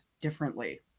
differently